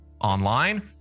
online